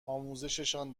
آموزششان